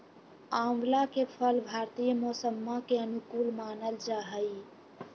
आंवला के फल भारतीय मौसम्मा के अनुकूल मानल जाहई